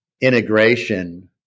integration